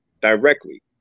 directly